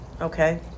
okay